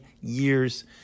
years